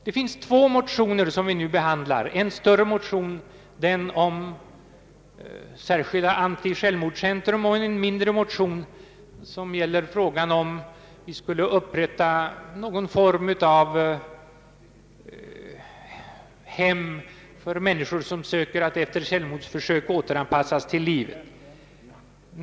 Vi behandlar nu två motioner, en större motion om ett särskilt antisjälvmordscentrum och en mindre motion som gäller upprättandet av ett hem för människor som efter självmordsförsök skall försöka återanpassas till livet.